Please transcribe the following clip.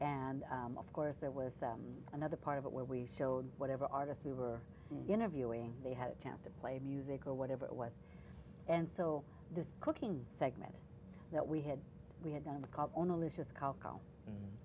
and of course there was another part of it where we showed whatever artist we were interviewing they had a chance to play music or whatever it was and so this cooking segment that we had we had got a call